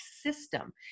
system